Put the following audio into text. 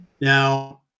Now